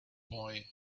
boy